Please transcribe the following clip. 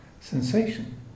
sensation